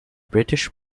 british